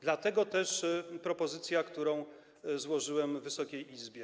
Dlatego też jest propozycja, którą złożyłem Wysokiej Izbie.